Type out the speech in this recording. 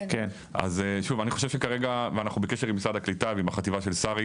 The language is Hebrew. אני חושב שכרגע אנחנו בקשר עם משרד הקליטה ועם החטיבה של שרי,